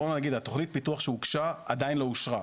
בוא נגיד, תכנית הפיתוח שהוגשה עדיין לא אושרה,